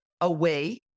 away